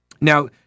Now